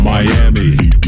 Miami